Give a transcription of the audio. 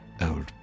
old